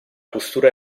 postura